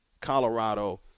Colorado